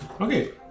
Okay